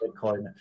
Bitcoin